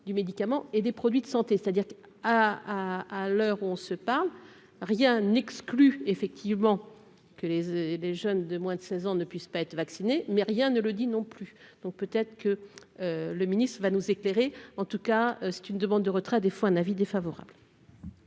Du médicament et des produits de santé, c'est-à-dire à à l'heure où on se parle, rien n'exclut, effectivement, que les les jeunes de moins de 16 ans ne puissent pas être vacciné mais rien ne le dit, non plus, donc peut-être que le ministre va nous éclairer en tout cas c'est une demande de retrait des fois un avis défavorable.